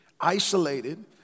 isolated